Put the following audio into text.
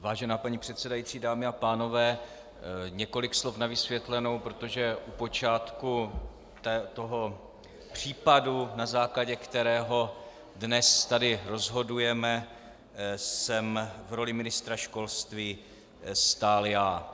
Vážená paní předsedající, dámy a pánové, několik slov na vysvětlenou, protože u počátku toho případu, na základě kterého dnes tady rozhodujeme, jsem v roli ministra školství stál já.